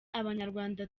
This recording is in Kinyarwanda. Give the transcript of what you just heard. abanyarwanda